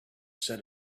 said